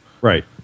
Right